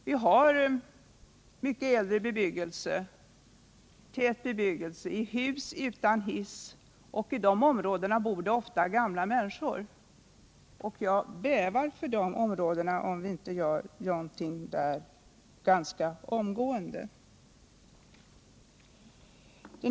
Det finns mycket gammal tätbebyggelse — hus utan hiss — och i de områdena bor det ofta gamla människor. Jag bävar för hur det skall gå i de områdena om vi inte gör någonting där ganska snart.